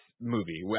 movie